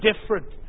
different